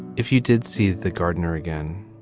if you did see the gardener again.